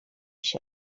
się